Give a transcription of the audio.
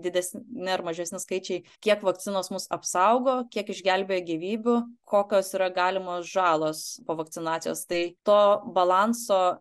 didesni ar mažesni skaičiai kiek vakcinos mus apsaugo kiek išgelbėja gyvybių kokios yra galimos žalos po vakcinacijos tai to balanso